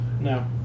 No